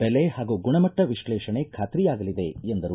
ಬೆಲೆ ಹಾಗೂ ಗುಣಮಟ್ಟ ವಿಶ್ಲೇಷಣೆ ಖಾತ್ರಿಯಾಗಲಿದೆ ಎಂದರು